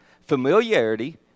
Familiarity